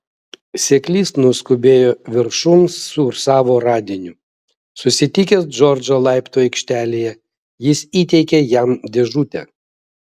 seklys nuskubėjo viršun su savo radiniu susitikęs džordžą laiptų aikštelėje jis įteikė jam dėžutę